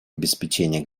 обеспечение